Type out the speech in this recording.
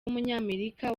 w’umunyamerika